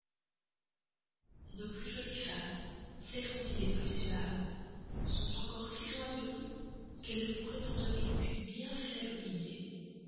nos plus jolies femmes celles qu'on dit les plus aimables sont encore si loin de vous qu'elles ne pourraient en donner qu'une faible idée